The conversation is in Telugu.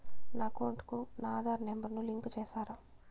నా అకౌంట్ కు నా ఆధార్ నెంబర్ ను లింకు చేసారా